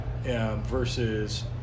versus